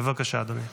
בבקשה, אדוני.